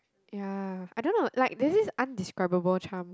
ya I don't know like there's this undescribable charm